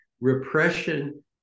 repression